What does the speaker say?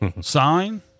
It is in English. sign